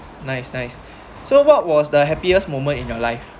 nice nice so what was the happiest moment in your life